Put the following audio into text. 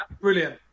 brilliant